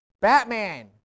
Batman